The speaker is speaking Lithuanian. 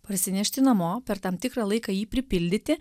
parsinešti namo per tam tikrą laiką jį pripildyti